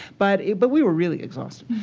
but but we were really exhausted.